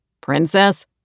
Princess